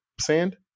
sand